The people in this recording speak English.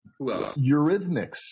Eurythmics